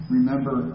Remember